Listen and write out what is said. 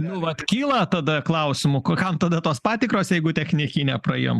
nu vat kyla tada klausimų ko kam tada tos patikros jeigu technikinę praėjom